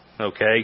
Okay